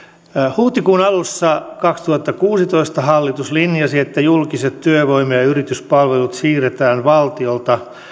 huhtikuun alussa kaksituhattakuusitoista hallitus linjasi että julkiset työvoima ja yrityspalvelut siirretään valtiolta